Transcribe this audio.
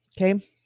Okay